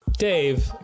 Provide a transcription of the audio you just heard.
Dave